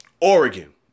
Oregon